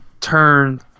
turn